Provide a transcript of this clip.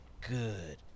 good